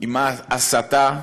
עם ההסתה.